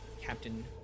Captain